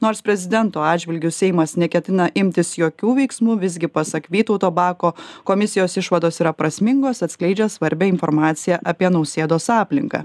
nors prezidento atžvilgiu seimas neketina imtis jokių veiksmų visgi pasak vytauto bako komisijos išvados yra prasmingos atskleidžia svarbią informaciją apie nausėdos aplinką